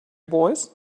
boys